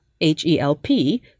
H-E-L-P